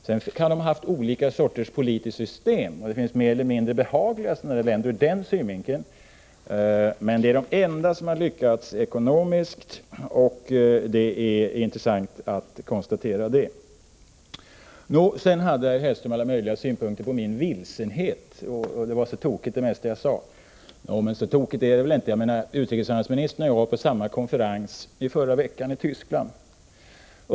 Sedan kan de ha haft olika politiska system, mer eller mindre behagliga. Men de som har tillämpat marknadsekonomi är de enda länder som har lyckats ekonomiskt, vilket är intressant att konstatera. Mats Hellström hade synpunkter på min vilsenhet. Det mesta av vad jag sade var tokigt. Men så tokigt är det väl inte? Utrikeshandelsministern och jag var i förra veckan på samma konferens i Tyskland.